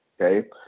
okay